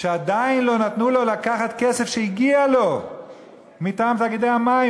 עדיין לא נתנו לו לקחת כסף שהגיע לו מטעם תאגידי המים.